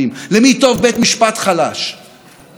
למי טוב עוד יותר בית משפט חלש?